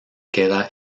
queda